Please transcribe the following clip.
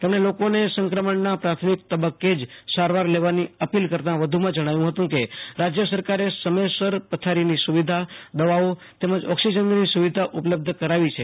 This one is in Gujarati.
તેમણે લોકોને સંક્રમણના પ્રાથમિક તબ્બકે જ સારવાર લેવાની અપીલ કરતાં વધુમાં જણવ્યું હતું કે રાજ્ય સરકારે સમયસર પથારીની સુવિધાદવાઓ તેમજ ઓક્સિજનની સુવિધા ઉપલ્લ્બ્ધ કરવી છે